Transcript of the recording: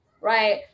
right